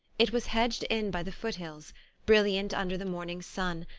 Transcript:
it was hedged in by the foothills brilliant under the morning sun,